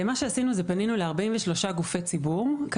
פנינו ל-43 גופי ציבור,